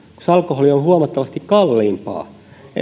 jos alkoholi on huomattavasti kalliimpaa